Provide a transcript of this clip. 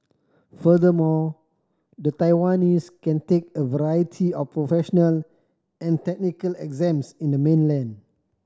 furthermore the Taiwanese can take a variety of professional and technical exams in the mainland